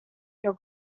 your